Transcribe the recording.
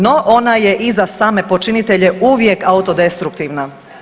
No, ona je i za same počinitelje uvijek autodestruktivna.